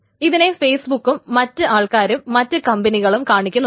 ഇതിനെ ഫെയ്സ്ബുക്കും മറ്റ് ആൾക്കാരും മറ്റ് കമ്പനികളും കാണിക്കുന്നുണ്ട്